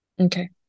Okay